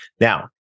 Now